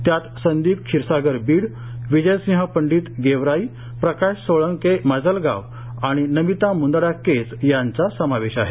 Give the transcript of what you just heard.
त्यात संदीप क्षीरसागर बीड विजयसिंह पंडित गेवराई प्रकाश सोळंके माजलगाव आणि नमिता मुंदडा केज यांचा समावेश आहे